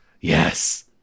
Yes